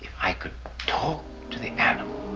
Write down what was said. i could talk to the animals.